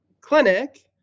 clinic